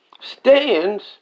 stands